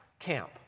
Camp